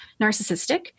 narcissistic